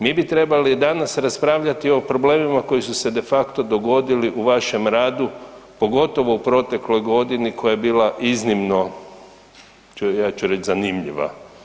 Mi bi trebali danas raspravljati o problemima koji su se de facto dogodili u vašem radu, pogotovo u protekloj godini koja je bila iznimno, ja ću reći zanimljiva.